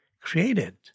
created